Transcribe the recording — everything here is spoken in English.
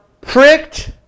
pricked